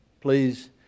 Please